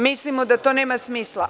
Mislimo da to nema smisla.